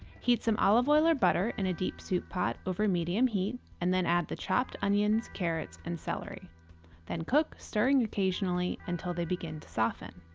heat some olive oil or butter in a deep soup pot over medium heat and then add the chopped onions, carrots, and celery then cook, stirring occasionally until they begin to soften.